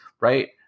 right